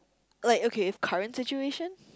like okay if current situation